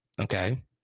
okay